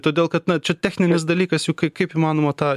todėl kad na čia techninis dalykas juk kaip įmanoma tą